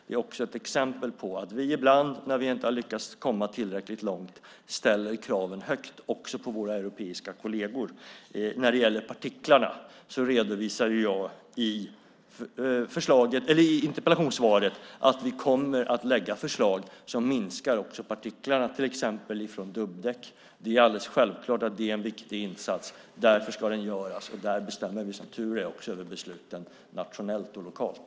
Det är också ett exempel på att vi ibland, när vi inte har lyckats komma tillräckligt långt, ställer kraven högt, också på våra europeiska kolleger. När det gäller partiklar redovisade jag i interpellationssvaret att vi kommer att lägga fram förslag som minskar partiklarna från till exempel dubbdäck. Det är alldeles självklart att det är en viktig insats. Därför ska den göras, och där bestämmer vi som tur är nationellt och lokalt.